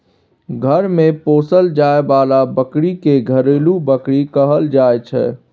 घर मे पोसल जाए बला बकरी के घरेलू बकरी कहल जाइ छै